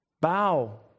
Bow